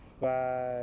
five